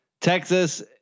Texas